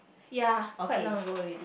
ya quite long ago already